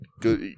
Good